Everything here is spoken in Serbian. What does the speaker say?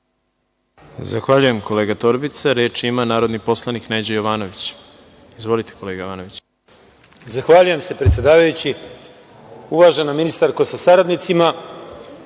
Zahvaljujem kolega Torbica. Reč ima narodni poslanik Neđo Jovanović. Izvolite. **Neđo Jovanović** Zahvaljujem se predsedavajući. Uvažena ministarko, sa saradnicima,